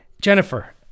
Jennifer